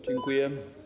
Dziękuję.